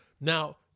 Now